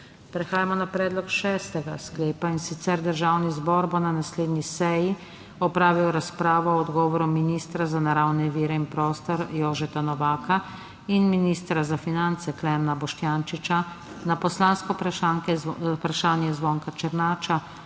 Prehajamo na predlog šestega sklepa, in sicer: Državni zbor bo na naslednji seji opravil razpravo o odgovoru ministra za naravne vire in prostor Jožeta Novaka in ministra za finance Klemna Boštjančiča na poslansko vprašanje Zvonka Černača